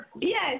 Yes